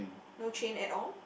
no chain at all